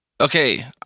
Okay